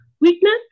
weakness